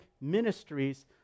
ministries